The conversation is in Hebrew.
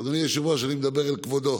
אדוני היושב-ראש, אני מדבר אל כבודו.